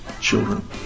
children